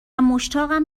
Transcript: مشتاقم